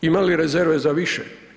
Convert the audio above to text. Ima li rezerve za više?